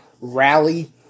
rally